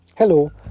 Hello